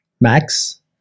Max